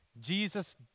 Jesus